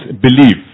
believe